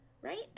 right